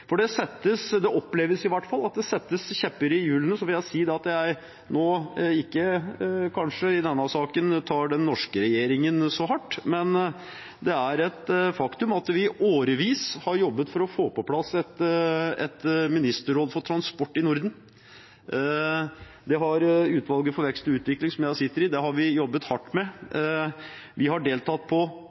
Det oppleves i hvert fall at det stikkes kjepper i hjulene. Og så vil jeg si at jeg nå, i denne saken, kanskje ikke tar den norske regjeringen så hardt, men det er et faktum at vi i årevis har jobbet for å få på plass et ministerråd for transport i Norden. Det har utvalget for vekst og utvikling, som jeg sitter i, jobbet hardt med. Vi har deltatt på mange næringslivskonferanser rundt i hele Norden, vi har deltatt på